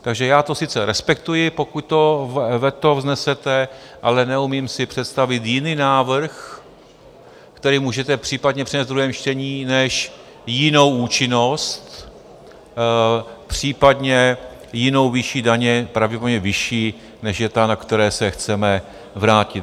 Takže já to sice respektuji, pokud to veto vznesete, ale neumím si představit jiný návrh, který můžete případně přinést v druhém čtení, než jinou účinnost, případně jinou výši daně, pravděpodobně vyšší, než je ta, na které se chceme vrátit.